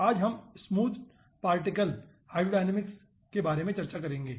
आज हम smoothed particle hydrodynamics के बारे में चर्चा करेंगे